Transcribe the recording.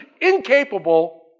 incapable